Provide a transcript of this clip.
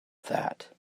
that